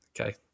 Okay